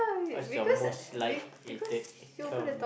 what's your most like hated ac~ um